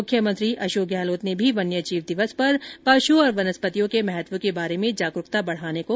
मुख्यमंत्री अशोक गहलोत ने भी वन्यजीव दिवस पर पशु और वनस्पतियों के महत्व के बारे में जागरूकता बढ़ाने को कहा है